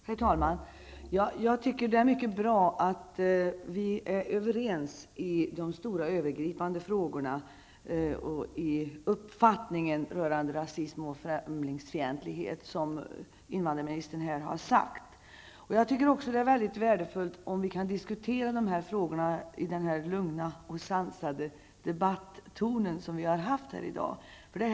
Herr talman! Jag tycker att det är mycket bra att vi är överens i de stora övergripande frågorna i uppfattningen rörande rasism och främlingsfientlighet, som invandrarministern här har sagt. Jag tycker också att det är väldigt värdefullt, om vi kan diskutera dessa frågor i den lugna och sansade ton som vi har haft i debatten här i dag.